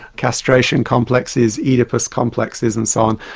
castration complexes, oedipus complexes and so on,